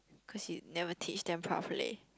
cause you never teach them properly